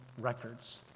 records